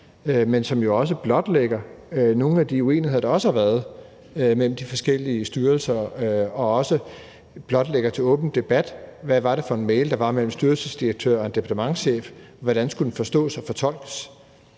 men det kan også blotlægge nogle af de uenigheder, der har været mellem de forskellige styrelser, og også blotlægge til åben debat, hvad det var for en mail, der var mellem en styrelsesdirektør og en departementschef. Hvordan skulle den forstås og fortolkes?